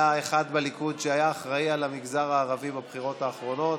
היה אחד בליכוד שהיה אחראי למגזר הערבי בבחירות האחרונות,